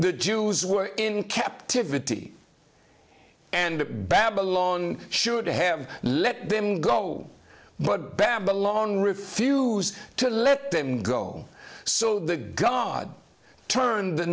the jews were in captivity and babylon should have let them go but babba long refuse to let them go so the god turned the